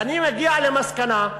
ואני מגיע למסקנה,